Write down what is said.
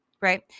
right